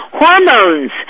hormones